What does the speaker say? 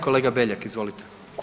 Kolega Beljak, izvolite.